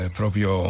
proprio